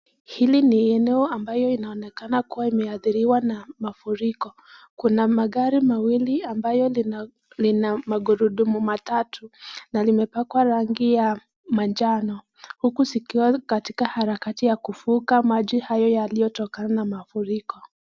Hili ni eneo ambayo inaonekana kuwa imeathiriwa na mafuriko. Kuna magari mawili ambayo lina magurudumu matatu na limepakwa rangi ya manjano huku zikiwa katika harakati ya kuvuka maji hayo yaliyotokana na mafuriko.